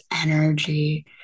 energy